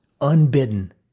unbidden